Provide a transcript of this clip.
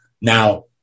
Now